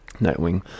Nightwing